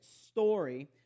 story